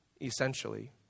essentially